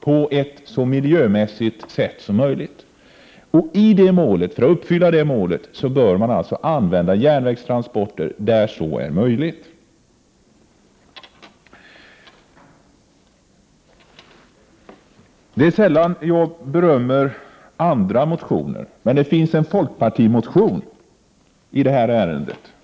på ett så miljömässigt sätt som möjligt, och för att uppfylla det målet bör man använda järnvägstransporter där så är möjligt. Det är sällan jag berömmer andras motioner, men det finns en folkpartimotion i det här ärendet som är värd beröm.